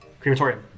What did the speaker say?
Crematorium